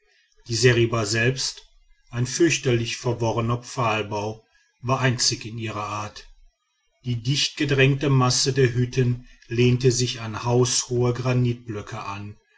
die seriba selbst ein fürchterlich verworrener pfahlbau war einzig in ihrer art die dichtgedrängte masse der hütten lehnte sich an haushohe granitblöcke an